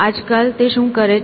આજકાલ તે શું કરે છે